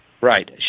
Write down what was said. Right